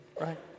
right